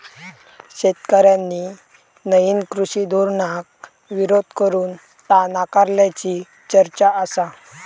शेतकऱ्यांनी नईन कृषी धोरणाक विरोध करून ता नाकारल्याची चर्चा आसा